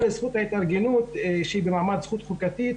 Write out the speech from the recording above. אבל זכות ההתארגנות, שהיא ברמת זכות חוקתית,